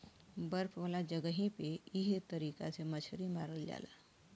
बर्फ वाला जगही पे एह तरीका से मछरी मारल जाला